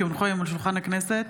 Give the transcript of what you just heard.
כי הונחו היום על שולחן הכנסת,